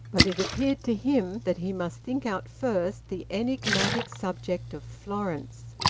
but it appeared to him that he must think out first the enigmatic subject of florence.